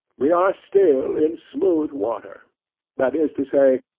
we are still in smooth water that is to say,